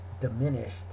diminished